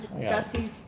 Dusty